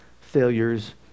failures